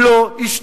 הוא היום?